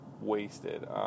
wasted